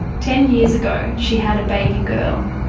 ten years ago she had a baby girl,